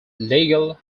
legal